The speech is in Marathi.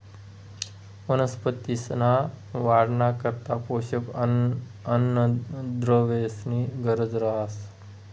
वनस्पतींसना वाढना करता पोषक अन्नद्रव्येसनी गरज रहास